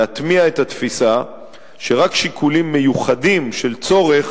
להטמיע את התפיסה שרק שיקולים מיוחדים של צורך